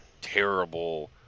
terrible